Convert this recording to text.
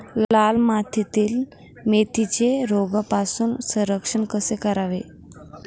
लाल मातीतील मेथीचे रोगापासून संरक्षण कसे करावे?